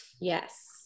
Yes